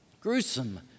gruesome